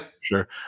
Sure